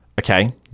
Okay